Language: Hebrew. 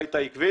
אתה היית עקבי